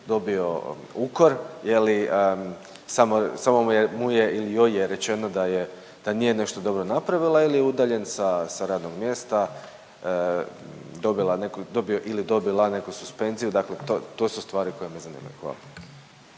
joj je rečeno da je, da nije nešto dobro napravila ili je udaljen sa, sa radnog mjesto, dobila neku, dobio ili dobila neku suspenziju? Dakle, to su stvari koje me zanimaju.